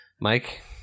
Mike